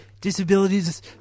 disabilities